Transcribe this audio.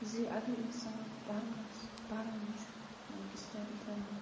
زِ اگر اِنسان پَرنَس پران چھُ یعنی کہ سِٹیڈی کران چھُ